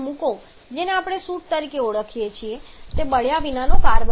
જેને આપણે સૂટ તરીકે ઓળખીએ છીએ તે બળ્યા વિના નો કાર્બન છે